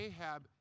Ahab